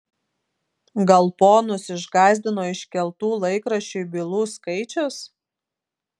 gal ponus išgąsdino iškeltų laikraščiui bylų skaičius